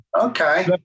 Okay